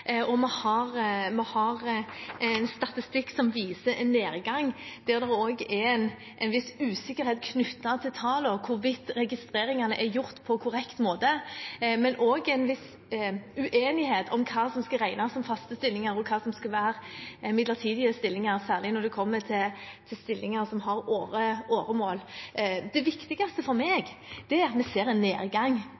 Vi har en statistikk som viser en nedgang, der det også er en viss usikkerhet knyttet til tallene – hvorvidt registreringene er gjort på korrekt måte – men også en viss uenighet om hva som skal regnes som faste stillinger, og hva som skal være midlertidige stillinger, særlig når det kommer til stillinger som har åremål. Det viktigste for meg